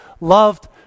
loved